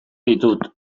ditut